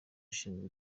ushinzwe